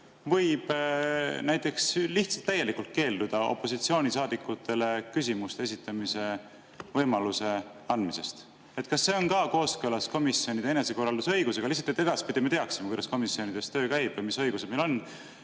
võib näiteks täielikult keelduda opositsioonisaadikutele küsimuste esitamise võimaluse andmisest? Kas see on ka kooskõlas komisjonide enesekorraldusõigusega? Lihtsalt et me edaspidi teaksime, kuidas komisjonides töö käib ja mis õigused meil on.